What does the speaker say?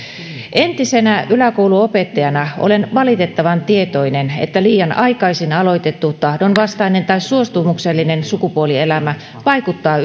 entisenä yläkouluopettajana olen valitettavan tietoinen siitä että liian aikaisin aloitettu tahdonvastainen tai suostumuksellinen sukupuolielämä vaikuttaa